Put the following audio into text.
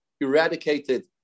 eradicated